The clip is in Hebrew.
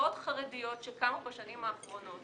מסגרות חרדיות שקמו בשנים האחרונות